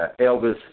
Elvis